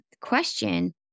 question